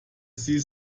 sie